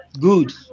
Good